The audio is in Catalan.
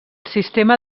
sistema